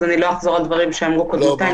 אז אני לא אחזור על דבריי שאמרו קודמותיי.